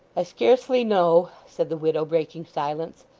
i scarcely know said the widow, breaking silence,